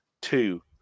two